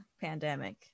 pandemic